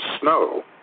snow